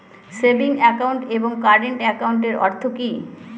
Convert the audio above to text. Savings account এবং current একাউন্টের অর্থ কি?